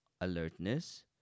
alertness